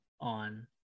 on